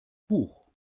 buch